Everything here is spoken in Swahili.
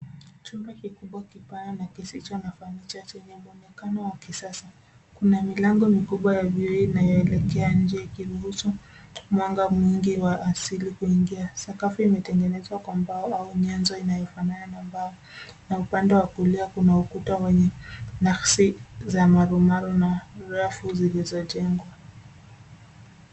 Chumba kikubwa kipana na kisicho na fanicha ina muonekano wa kisasa, Kuna milango mikubwa ya vioo inayoelekea nje, ikiruhusu mwanga mwingi wa asili kuingia. Sakafu imetengenezwa kwa mbao au nyanzo inayofanana na mbao. Na upande wa kulia kuna ukuta wenye nakshi za marumaru na rafu zilizojengwa.